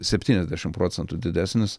septyniasdešimt procentų didesnis